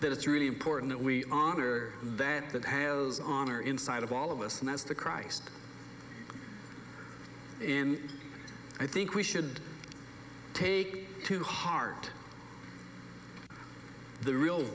that it's really important that we honor that that has on or inside of all of us and that's the christ in i think we should take to heart the real